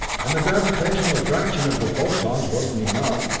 and the gravitational attraction of the photons wasn't enough,